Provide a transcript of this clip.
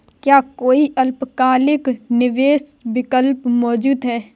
क्या कोई अल्पकालिक निवेश विकल्प मौजूद है?